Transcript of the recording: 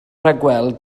rhagweld